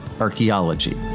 archaeology